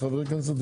חברי הכנסת,